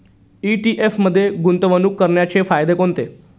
ETF मध्ये गुंतवणूक करण्याचे फायदे कोणते?